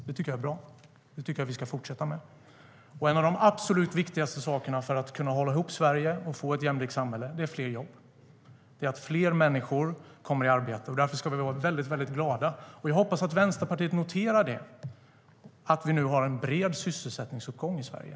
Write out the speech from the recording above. Det tycker jag är bra. Och det tycker jag att vi ska fortsätta med. En av de absolut viktigaste sakerna för att kunna hålla ihop Sverige och få ett jämlikt samhälle är fler jobb, att fler människor kommer i arbete. Därför ska vi vara väldigt glada för att vi nu har en bred sysselsättningsuppgång i Sverige, vilket jag hoppas att Vänsterpartiet noterar.